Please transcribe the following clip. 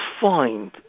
find